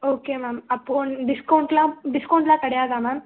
okay ma'am அப்போது வந்து டிஸ்கவுண்ட்டெலாம் டிஸ்கவுண்ட்டெலாம் கிடையாதா மேம்